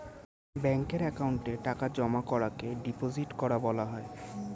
ব্যাঙ্কের অ্যাকাউন্টে টাকা জমা করাকে ডিপোজিট করা বলা হয়